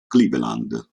cleveland